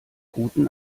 guten